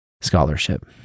scholarship